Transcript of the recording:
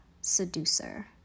seducer